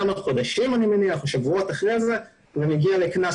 אני מניח שכמה חודשים או שבועות אחרי זה זה מגיע לקנס,